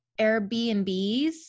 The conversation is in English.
airbnbs